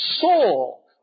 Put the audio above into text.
soul